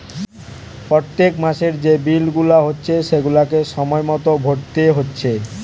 পোত্তেক মাসের যে বিল গুলা হচ্ছে সেগুলাকে সময় মতো ভোরতে হচ্ছে